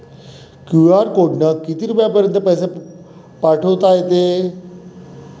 QR कोडनं किती रुपयापर्यंत पैसे पाठोता येते?